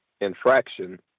infraction